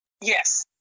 Yes